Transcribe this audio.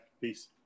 peace